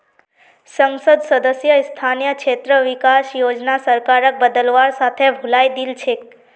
संसद सदस्य स्थानीय क्षेत्र विकास योजनार सरकारक बदलवार साथे भुलई दिल छेक